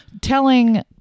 Telling